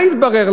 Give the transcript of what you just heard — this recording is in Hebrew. מה התברר?